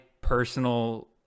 personal